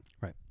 Right